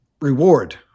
reward